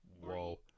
Whoa